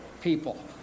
people